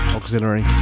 Auxiliary